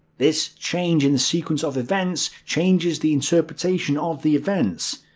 this change in the sequence of events changes the interpretation of the events.